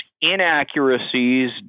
inaccuracies